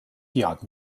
head